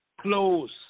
close